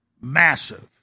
massive